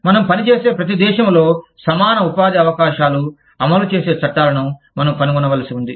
మనం పని చేసే ప్రతి దేశంలో సమాన ఉపాధి అవకాశాలు అమలు చేసే చట్టాలను మనం కనుగొనవలసి ఉంది